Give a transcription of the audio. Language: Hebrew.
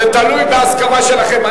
זה תלוי בהסכמה שלכם.